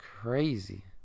Crazy